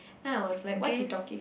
then I was like what he talking